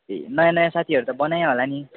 ए नयाँ नयाँ साथीहरू त बनायौ होला नि